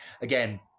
again